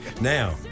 Now